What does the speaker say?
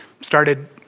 started